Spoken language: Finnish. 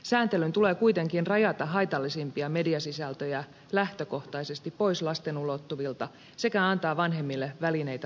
sääntelyn tulee kuitenkin rajata haitallisimpia mediasisältöjä lähtökohtaisesti pois lasten ulottuvilta sekä antaa vanhemmille välineitä vastuunsa kantamiseen